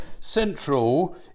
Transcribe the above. central